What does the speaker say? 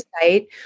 site